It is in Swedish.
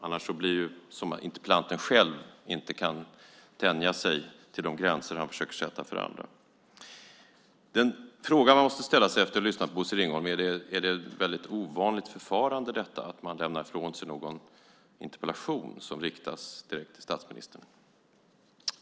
Annars blir det som för interpellanten själv, att han inte kan hålla sig inom de gränser som han försöker sätta för andra. Den fråga man måste ställa sig efter att ha lyssnat på Bosse Ringholm är: Är det ett väldigt ovanligt förfarande att man lämnar ifrån sig en interpellation som riktas direkt till statsministern?